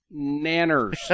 nanners